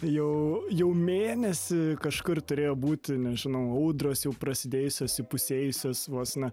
jau jau mėnesį kažkur turėjo būti nežinau audros jau prasidėjusios įpusėjusios vos ne